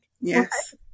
Yes